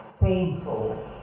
painful